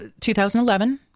2011